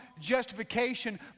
justification